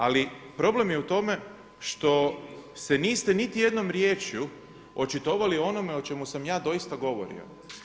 Ali problem je u tome što se niste niti jednom riječju očitovali o onome o čemu sa ja doista govorio.